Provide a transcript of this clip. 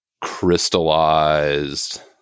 crystallized